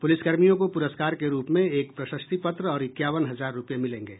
पुलिसकर्मियों को पुरस्कार के रूप में एक प्रशस्ति पत्र और इक्यावन हजार रूपये मिलेंगे